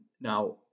Now